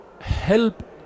help